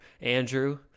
Andrew